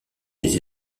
des